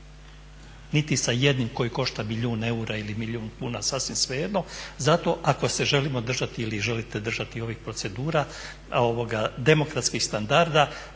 niti sa jednim koji košta milijun eura ili milijun kuna sasvim svejedno, zato ako se želimo držati ili želite držati ovih procedura demokratskih standarda